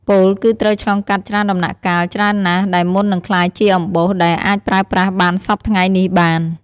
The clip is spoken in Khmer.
ពោលគឺត្រូវឆ្លងកាត់ច្រើនដំណាក់កាលច្រើនណាស់ដែរមុននឹងក្លាយជាអំបោសដែលអាចប្រើប្រាស់បានសព្វថ្ងៃនេះបាន។